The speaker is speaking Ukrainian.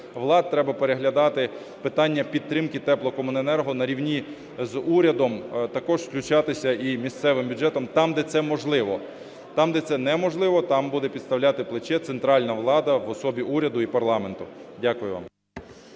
влад треба переглядати питання підтримки теплокомуненерго на рівні з урядом також включатися і місцевим бюджетам там, де це можливо. Там, де це не можливо, там буде підставляти плече центральна влада в особі уряду і парламенту. Дякую вам.